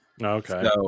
Okay